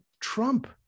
Trump